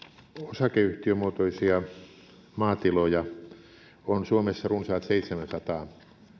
osakeyhtiömuotoisia maatiloja on suomessa runsaat seitsemänsataa